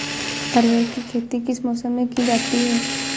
अरहर की खेती किस मौसम में की जाती है?